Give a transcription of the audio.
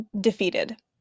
defeated